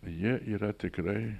jie yra tikrai